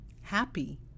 happy